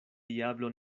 diablo